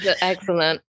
excellent